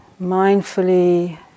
mindfully